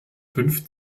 fünf